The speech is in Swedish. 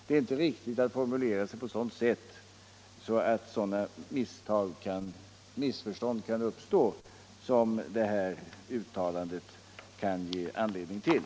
Det är inte riktigt att formulera det så, att sådana missförstånd kan uppstå som det här uttalandet ger anledning till.